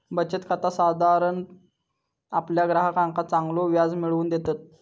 बचत खाता साधारण आपल्या ग्राहकांका चांगलो व्याज मिळवून देतत